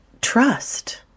trust